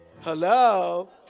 hello